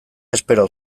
espero